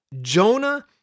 Jonah